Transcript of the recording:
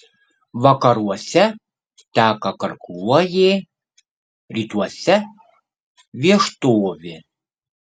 vakaruose teka karkluojė rytuose vieštovė